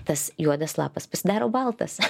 tas juodas lapas pasidaro baltas